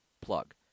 plug